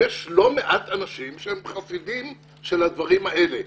ויש לא מעט אנשים שהם חסידים של הדברים האלה.